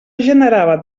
generava